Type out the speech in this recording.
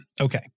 okay